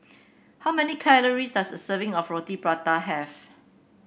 how many calories does a serving of Roti Prata have